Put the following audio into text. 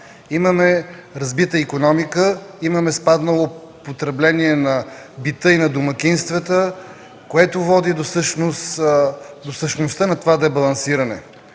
имаме разбита икономика, имаме спаднало потребление на бита и на домакинствата, което води до същността на това дебалансиране.